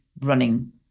running